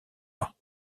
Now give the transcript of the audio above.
pas